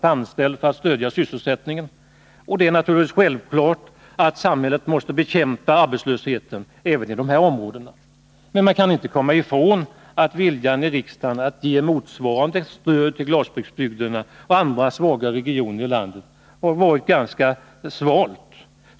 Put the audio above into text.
per anställd för att stödja sysselsättningen. Det är naturligtvis självklart att samhället måste bekämpa arbetslösheten även i dessa områden. Men man kan inte komma ifrån att viljan i riksdagen att ge motsvarande stöd till glasbruksbygderna och andra svaga regioner i landet har varit ganska sval.